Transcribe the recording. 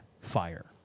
fire